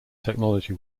technology